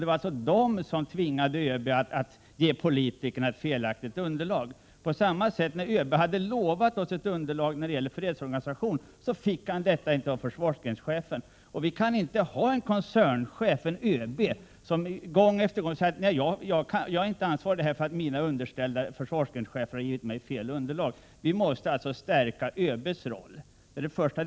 Det var alltså de som tvingade ÖB att ge politikerna ett felaktigt underlag. På samma sätt var det när ÖB hade lovat oss ett underlag när det gällde fredsorganisationen. Han fick då inte detta av försvarsgrenschefen. Vi kan "inte ha en koncernchef, en ÖB, som gång efter gång säger: Jag är inte ansvarig för det här — mina underställda försvarsgrenschefer har givit mig felaktiga underlag. Vi måste alltså stärka ÖB:s roll.— Det är det första.